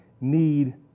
need